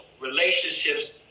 Relationships